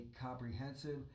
comprehensive